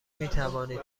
میتوانید